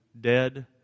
dead